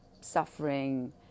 suffering